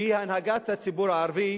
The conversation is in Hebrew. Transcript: שהיא הנהגת הציבור הערבי,